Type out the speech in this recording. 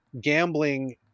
gambling